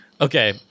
Okay